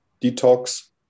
detox